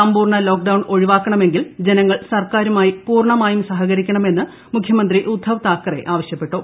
സമ്പൂർണ ലോക്ഡൌൺ ഒഴിവാക്കണമെങ്കിൽ ജനങ്ങൾ സർക്കാരുമായി പൂർണമായും സഹകരിക്കണമെന്ന് മുഖ്യമന്ത്രി ഉദ്ധവ് താക്കറെ ആവശ്യപ്പെട്ടു